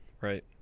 right